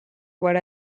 what